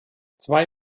zwei